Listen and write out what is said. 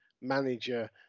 manager